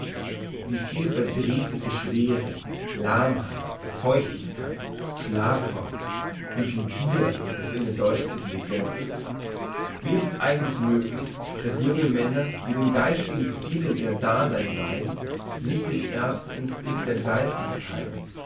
wie viel verdriessliche schwere lahmheit feuchtigkeit schlafrock wie viel bier ist in der deutschen intelligenz wie ist es eigentlich möglich dass junge männer die den geistigsten zielen ihr dasein weihn nicht den ersten instinkt der geistigkeit